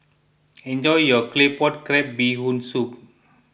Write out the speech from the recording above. enjoy your Claypot Crab Bee Hoon Soup